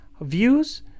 views